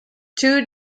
two